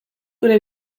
zure